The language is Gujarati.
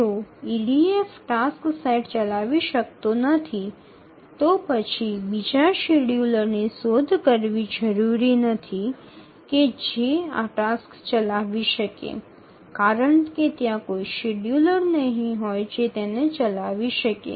જો ઇડીએફ ટાસક્સ સેટ ચલાવી શકતો નથી તો પછી બીજા શેડ્યૂલરની શોધ કરવી જરૂરી નથી કે જે આ ટાસક્સ ચલાવી શકે કારણ કે ત્યાં કોઈ શેડ્યૂલર નહીં હોય જે તેને ચલાવી શકે